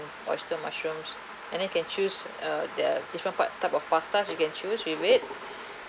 oyster mushrooms and then you can choose a the different part type of pastas you can choose with it